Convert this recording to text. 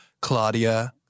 Claudia